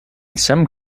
some